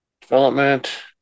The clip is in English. Development